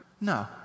No